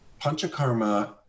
Panchakarma